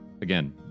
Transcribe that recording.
Again